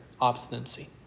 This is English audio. obstinacy